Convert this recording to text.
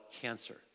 cancer